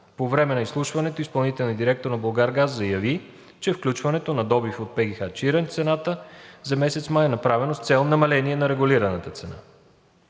По време на изслушването изпълнителният директор на „Булгаргаз“ заяви, че включването на добив от ПГХ „Чирен“ в цената за месец май, е направено с цел намаление на регулираната цена.